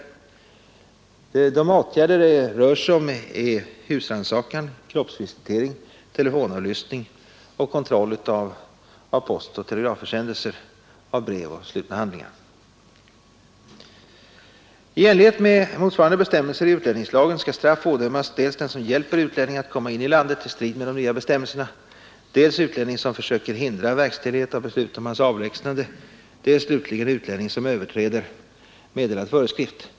Sådana åtgärder är husrannsakan, kroppsvisitering, telefonavlyssning och kontroll av postoch telegrafförsändelse, brev I enlighet med motsvarande bestämmelser i utlänningslagen skall straff ådömas dels den som hjälper utlänning att komma in i landet i strid mot de nya bestämmelserna, dels utlänning som försöker hindra verkställighet av beslut om hans avlägsnande, dels slutligen utlänning, som överträder meddelad föreskrift.